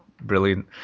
Brilliant